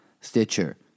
Stitcher